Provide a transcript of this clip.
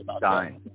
dying